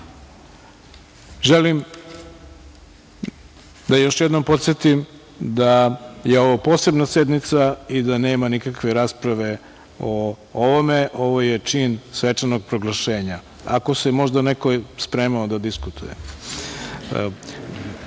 još jednom da podsetim da je ovo Posebna sednica i da nema nikakve rasprave o ovome. Ovo je čin svečanog proglašenja. Ako se možda neko spremao da diskutuje,